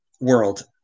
world